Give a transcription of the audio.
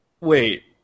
Wait